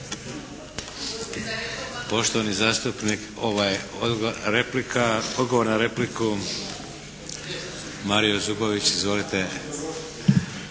odgovor, replika, odgovor na repliku Mario Zubović. Izvolite.